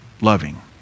loving